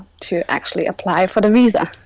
to actually apply for the visa